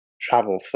travel